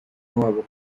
wabo